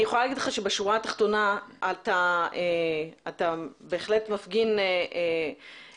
אני יכולה להגיד לך שבשורה התחתונה אתה בהחלט מפגין בקיאות